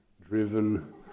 driven